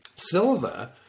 Silver